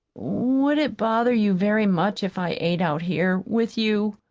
would it bother you very much if i ate out here with you?